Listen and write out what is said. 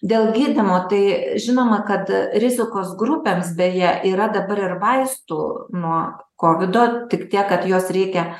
dėl gydymo tai žinoma kad rizikos grupėms beje yra dabar ir vaistų nuo kovido tik tiek kad juos reikia